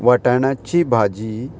वटाण्याची भाजी